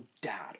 dad